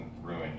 ruin